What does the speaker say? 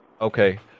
Okay